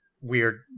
weird